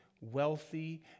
wealthy